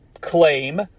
claim